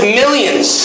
millions